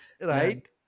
Right